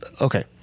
Okay